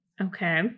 Okay